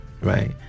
right